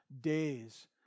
days